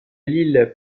lille